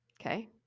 Okay